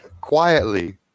quietly